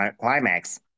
climax